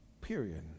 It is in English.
period